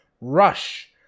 rush